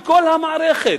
לכל המערכת,